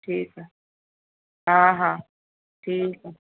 ठीकु आहे हा हा ठीकु आहे